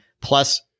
plus